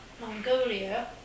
Mongolia